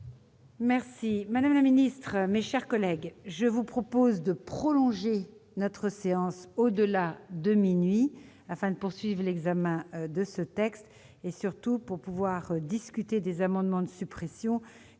loi ! Madame la ministre, mes chers collègues, je vous propose de prolonger notre séance au-delà de minuit et jusqu'à zéro heure trente afin de poursuivre l'examen de ce texte, et surtout de pouvoir discuter des amendements de suppression